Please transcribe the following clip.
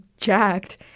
jacked